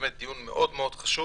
באמת דיון מאוד מאוד חשוב.